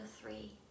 three